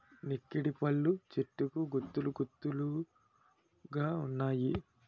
నెక్కిడిపళ్ళు చెట్టుకు గుత్తులు గుత్తులు గావున్నాయి